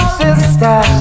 sister